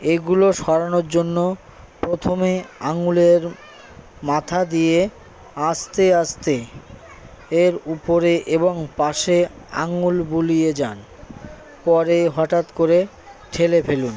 এগুলো সরানোর জন্য প্রথমে আঙুলের মাথা দিয়ে আস্তে আস্তে এর উপরে এবং পাশে আঙুল বুলিয়ে যান পরে হঠাৎ করে ঠেলে ফেলুন